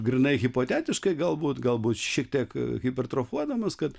grynai hipotetiškai galbūt galbūt šiek tiek hipertrofuodamas kad